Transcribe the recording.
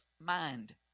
mind